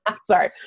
Sorry